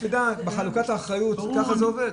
את יודעת, בחלוקת האחריות ככה זה עובד.